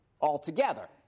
altogether